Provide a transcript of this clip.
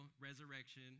resurrection